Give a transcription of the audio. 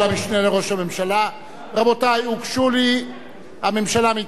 רבותי, הממשלה מתנגדת, ולכן אנחנו עוברים